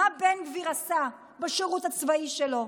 מה בן גביר עשה בשירות הצבאי שלו?